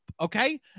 okay